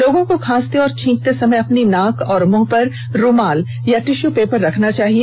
लोगों को खांसते और छींकते समय अपनी नाक और मुंह पर रूमाल अथवा टिश्यू पेपर रखना चाहिए